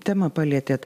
temą palietėt